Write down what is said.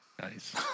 Nice